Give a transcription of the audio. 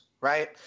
right